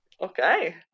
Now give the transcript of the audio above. Okay